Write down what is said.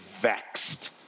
vexed